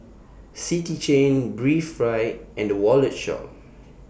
City Chain Breathe Right and The Wallet Shop